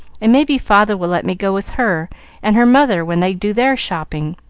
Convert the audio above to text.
and may be father will let me go with her and her mother when they do their shopping,